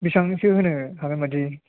बिसिबांसो होनो होगोन बायदि